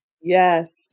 Yes